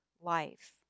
life